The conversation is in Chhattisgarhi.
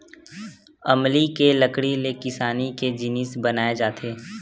अमली के लकड़ी ले किसानी के जिनिस बनाए जाथे